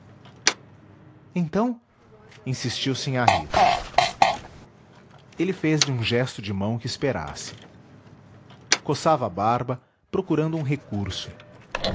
então insistiu sinhá rita ele fez-lhe um gesto de mão que esperasse coçava a barba procurando um recurso